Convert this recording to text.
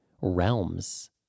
realms